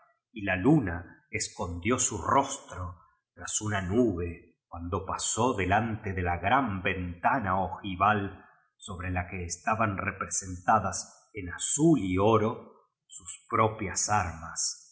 y iu luna escondió bu rostro tras una nube cuando pasó leíante de la gran ve uto un ojival sobre la que esta ban representada en azul y oro sus propias arma